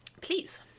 Please